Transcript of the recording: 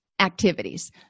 Activities